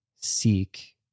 seek